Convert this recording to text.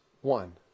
one